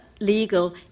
legal